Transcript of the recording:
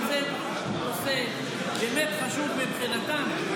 אם זה נושא באמת חשוב מבחינתם,